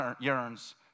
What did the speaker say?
yearns